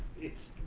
it's